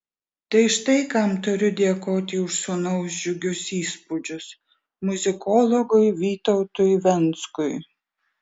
tai štai kam turiu dėkoti už sūnaus džiugius įspūdžius muzikologui vytautui venckui